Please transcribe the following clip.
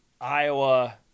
Iowa